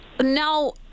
now